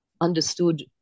understood